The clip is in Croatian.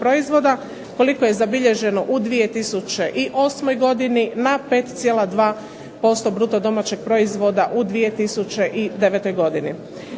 koliko je zabilježeno u 2008. godini na 5,2% bruto domaćeg proizvoda u 2009. godini.